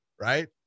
Right